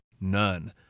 none